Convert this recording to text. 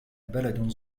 بلد